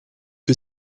que